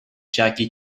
jackie